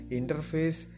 Interface